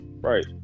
Right